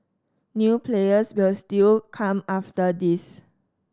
new players will still come after this